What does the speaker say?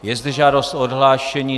Je zde žádost o odhlášení.